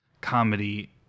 comedy